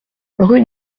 rue